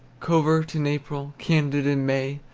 covert in april, candid in may,